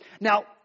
Now